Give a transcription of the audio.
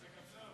בבקשה.